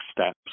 steps